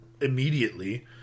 immediately